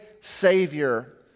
Savior